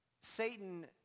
Satan